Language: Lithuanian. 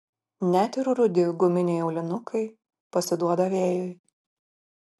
net ir rudi guminiai aulinukai pasiduoda vėjui